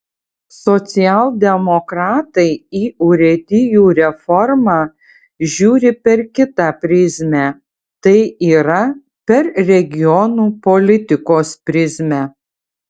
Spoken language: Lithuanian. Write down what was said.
socialdemokratai į urėdijų reformą žiūri per kitą prizmę tai yra per regionų politikos prizmę